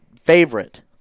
favorite